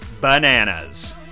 bananas